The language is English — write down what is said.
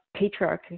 patriarchy